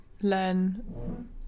learn